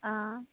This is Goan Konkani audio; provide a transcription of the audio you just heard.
आ